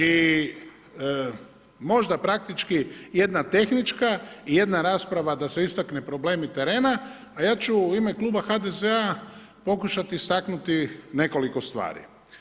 I možda praktički jedna tehnička i jedna rasprava da se istakne problemi terena, a ja ću u ime Kluba HDZ-a pokušati istaknuti nekoliko stvari.